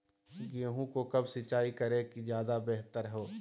गेंहू को कब सिंचाई करे कि ज्यादा व्यहतर हो?